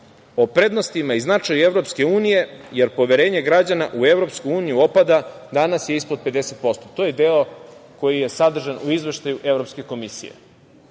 o prednostima i značaju EU, jer poverenje građana u EU opada, danas je ispod 50%. To je deo koji je sadržan u izveštaju Evropske komisije.